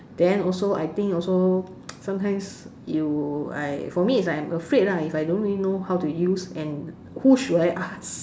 then also I think also sometimes you I for me is I'm afraid lah if I don't really know how to use and who should I ask